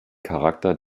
charakter